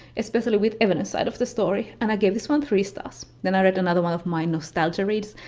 especially with evelyn's side of the story, and i gave this one three stars. then i read another one of my nostalgia reads,